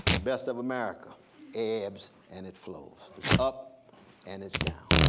the best of america ebbs and it flows. it's up and it's down.